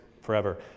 forever